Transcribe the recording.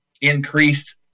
increased